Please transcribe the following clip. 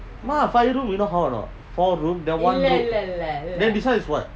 a five room you know how a not four room then one room then this one is what